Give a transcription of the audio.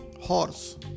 horse